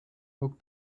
awoke